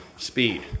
speed